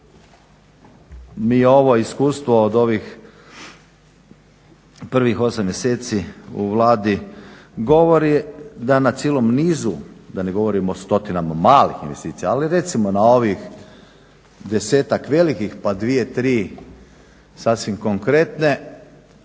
mi ovo iskustvo od ovih prvih osam mjeseci u Vladi govori da na cijelu nizu, da ne govorim o stotinama malih investicija, ali recimo na ovih desetak velikih pa dvije, tri sasvim konkretne